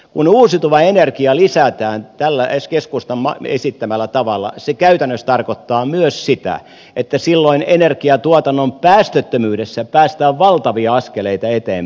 kun uusiutuvaa energiaa lisätään tällä keskustan esittämällä tavalla se käytännössä tarkoittaa myös sitä että silloin energiatuotannon päästöttömyydessä päästään valtavia askeleita eteenpäin